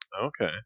Okay